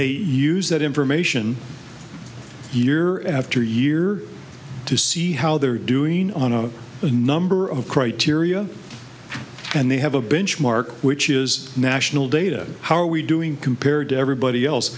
they use that information year after year to see how they're doing on a number of criteria and they have a benchmark which is national data how are we doing compared to everybody else